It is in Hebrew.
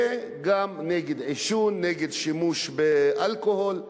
וגם נגד עישון, נגד שימוש באלכוהול,